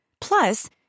Plus